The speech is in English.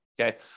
okay